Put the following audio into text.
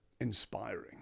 inspiring